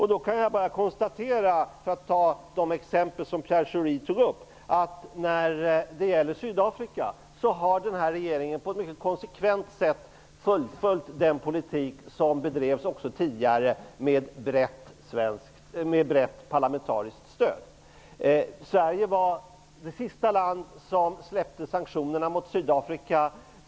Jag kan bara konstatera, för att anknyta till de exempel som Pierre Schori tog upp, att när det gäller Sydafrika har regeringen på ett mycket konsekvent sätt fullföljt den politik som också bedrevs tidigare med brett parlamentariskt stöd. Sverige var det sista landet som släppte sanktionerna mot Sydafrika.